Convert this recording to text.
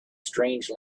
strange